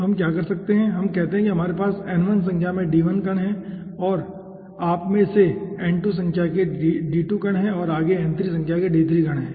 तो हम क्या कर सकते हैं हम कहते हैं कि हमारे यहां n1 संख्या में d1 कण हैं आप में से n2 संख्या के d2 कण है और आगे n3 संख्या के d3 कण है